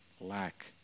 lack